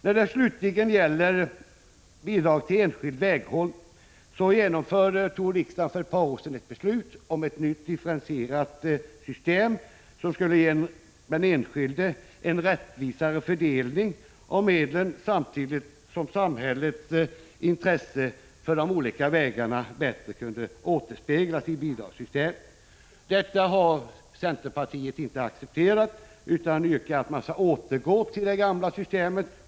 När det gäller bidrag till enskild väghållning fattade riksdagen för ett par år sedan beslut om ett nytt differentierat system, som skulle ge den enskilde väghållaren en rättvisare fördelning av medlen, samtidigt som samhällets intresse för de olika vägarna bättre kunde återspeglas i bidragssystemet. Centerpartiet har inte accepterat detta utan yrkar att man skall återgå till det gamla systemet.